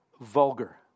vulgar